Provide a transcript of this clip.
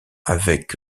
avec